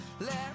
Let